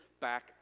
back